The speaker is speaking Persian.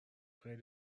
خیلی